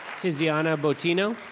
tiziana bottino?